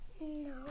No